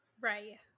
Right